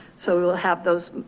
so we will have those